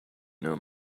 know